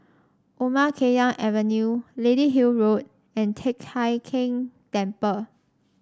Omar Khayyam Avenue Lady Hill Road and Teck Hai Keng Temple